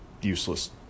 useless